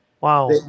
Wow